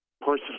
personally